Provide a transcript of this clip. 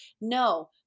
No